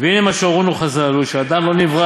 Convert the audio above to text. והנה מה שהורונו חז"ל הוא שהאדם לא נברא